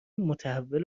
متحول